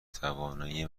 توانایی